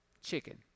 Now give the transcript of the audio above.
chicken